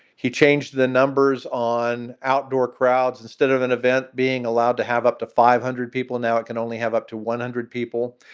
he changed the numbers on outdoor crowds instead of an event being allowed to have up to five hundred people. now, it can only have up to one hundred people.